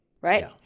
right